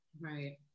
Right